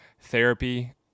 therapy